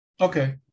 Okay